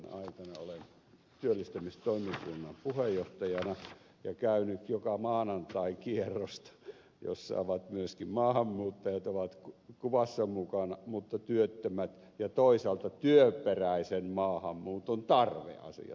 olen työllistämistoimikunnan puheenjohtajana ja käynyt joka maanantai kierrosta jossa myöskin maahanmuuttajat ovat kuvassa mukana työttömyyden ja toisaalta työperäisen maahanmuuton tarpeen asiat